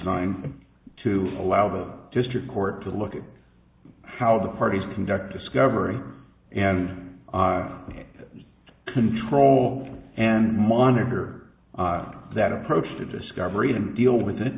ed to allow the district court to look at how the parties conduct discovery and control and monitor that approach to discovery to deal with it